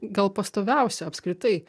gal pastoviausia apskritai